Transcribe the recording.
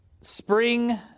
Spring